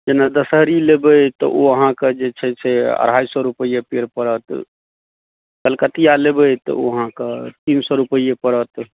जेना दशहरी लेबै तऽ ओ अहाँके जे छै से अढ़ाइ सए रुपैए पेड़ पड़त कलकतिआ लेबै तऽ ओ अहाँकेँ तीन सए रुपैए पड़त